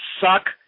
suck